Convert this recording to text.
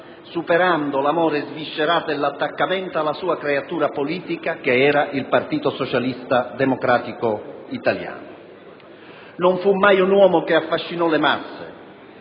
superando l'amore sviscerato e l'attaccamento alla sua creatura politica, che era il Partito socialista democratico italiano. Non fu mai un uomo che affascinò le masse,